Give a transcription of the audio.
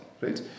right